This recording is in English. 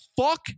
fuck